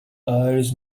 irish